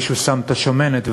מישהו שם את השמנת,